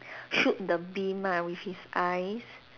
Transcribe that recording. shoot the beam ah with his eyes